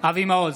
אבי מעוז,